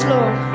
Lord